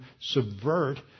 subvert